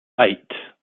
eight